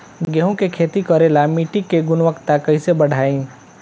गेहूं के खेती करेला मिट्टी के गुणवत्ता कैसे बढ़ाई?